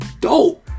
dope